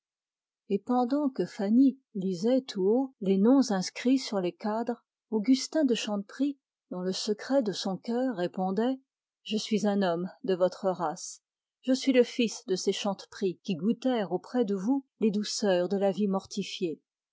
et pendant que fanny lisait tout haut les noms inscrits sur les cadres augustin de chanteprie dans le secret de son cœur répondait je suis un homme de votre race je suis le fils de ces chanteprie qui goûtèrent auprès de vous les douceurs de la vie mortifiée